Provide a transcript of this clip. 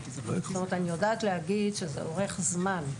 אני יודעת להגיד שזה אורך זמן.